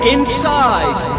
Inside